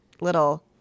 little